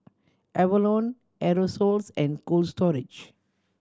Avalon Aerosoles and Cold Storage